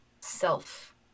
self